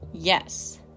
Yes